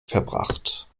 verbracht